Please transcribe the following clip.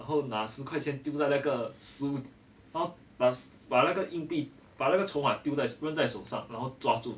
然后拿十块钱丢在那个十五然后把把那个硬币把那个筹码扔在手上然后抓住